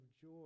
joy